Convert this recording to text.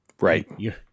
Right